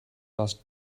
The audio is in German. das